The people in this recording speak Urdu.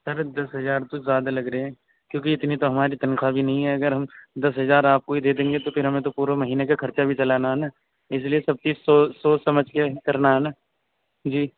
سر دس ہزار تو زیادہ لگ رہے ہیں کیونکہ اتنی تو ہماری تنخواہ بھی نہیں ہے اگر ہم دس ہزار آپ کو ہی دے دیں گے تو پھر ہمیں تو پورا مہینے کا خرچہ بھی چلانا ہے نا اس لیے سب چیز سوچ سمجھ کے کرنا ہے نا جی